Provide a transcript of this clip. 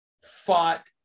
fought